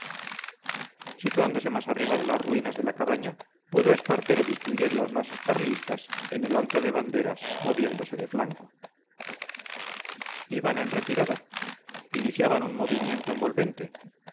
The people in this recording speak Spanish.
situándose más arriba de las ruinas de la cabaña pudo espartero distinguir las masas carlistas en el alto de banderas moviéndose de flanco iban en retirada iniciaban un movimiento envolvente